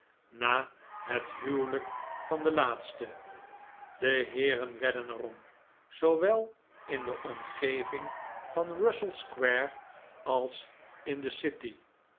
na het huwelijk van den laatste de heeren wedden er om zoowel in de omgeving van russell square als in de city